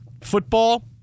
football